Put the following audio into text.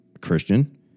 Christian